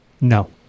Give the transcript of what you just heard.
no